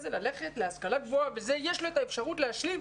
זה ללכת להשכלה גבוהה יש לו אפשרות להשלים,